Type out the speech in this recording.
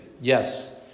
Yes